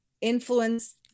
influence